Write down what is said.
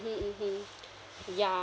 mmhmm mmhmm ya